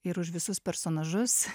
ir už visus personažus